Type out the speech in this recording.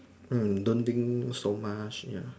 mm don't think so much ya